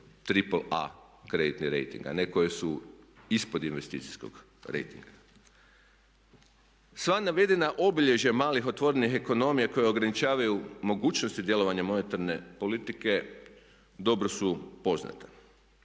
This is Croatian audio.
A kreditni rejting, a ne koje su ispod investicijskog rejtinga. Sva navedena obilježja malih otvorenih ekonomija koje ograničavaju mogućnosti djelovanja monetarne politike dobro su poznata.